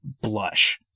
blush